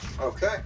Okay